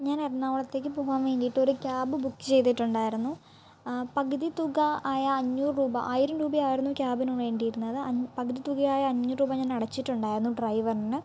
ഞാൻ എറണാകുളത്തേക്ക് പോകാൻ വേണ്ടീട്ടൊരു ക്യാബ് ബുക്ക് ചെയ്തിട്ടുണ്ടായിരുന്നു പകുതി തുക ആയ അഞ്ഞൂറ് രൂപ ആയിരം രൂപ ആയിരുന്നു ക്യാബിനു വേണ്ടിയിരുന്നത് പകുതി തുക ആയ അഞ്ഞൂറ് രൂപ ഞാൻ അടച്ചിട്ടുണ്ടായിരുന്നു ഡ്രൈവറിന്